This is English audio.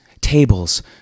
tables